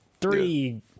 three